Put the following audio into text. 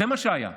זה מה שהיה.